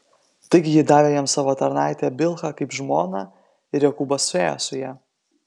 taigi ji davė jam savo tarnaitę bilhą kaip žmoną ir jokūbas suėjo su ja